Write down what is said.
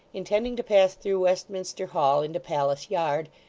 intending to pass through westminster hall into palace yard,